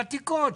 ותיקות,